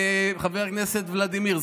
חבר הכנסת ולדימיר,